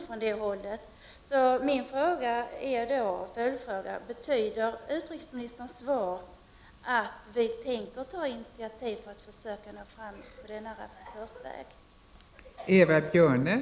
Min följdfråga är då: Betyder utrikesministerns svar att regeringen tänker ta initiativ för att försöka få fram sådana rapportörer?